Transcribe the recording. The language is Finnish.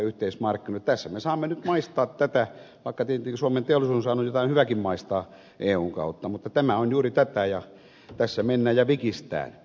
tässä me saamme nyt maistaa tätä vaikka tietenkin suomen teollisuudenhan on jotakin hyväkin maistaa eun kautta mutta tämä on juuri tätä ja tässä mennään ja vikistään